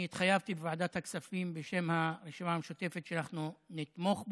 אני התחייבתי בוועדת הכספים בשם הרשימה המשותפת שאנחנו נתמוך בו.